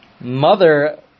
mother